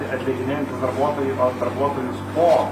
atleidinėjantis darbuotojai ar darbuotojus po